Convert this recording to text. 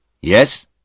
Yes